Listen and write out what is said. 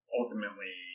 ultimately